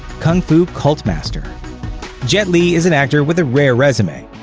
kung fu cult master jet li is an actor with a rare resume.